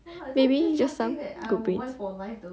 maybe just some